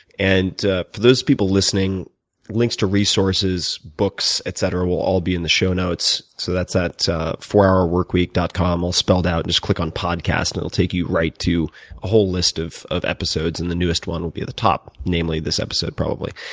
and for those people listening links to resources, books, etcetera will all be in the show notes. so that's at four hourworkweek dot com all spelled out and just click on podcast, and it'll take you right to a whole list of of episodes and the newest one will be at the top, namely this episode probably.